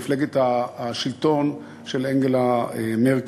מפלגת השלטון של אנגלה מרקל.